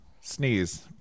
sneeze